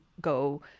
go